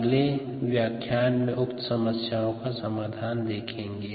अगले व्याख्यान में उक्त समस्याओं का समाधान देखेंगे